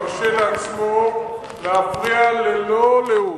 ראו נא פעם נוספת חבר כנסת שמרשה לעצמו להפריע ללא לאות.